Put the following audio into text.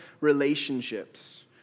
relationships